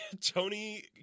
Tony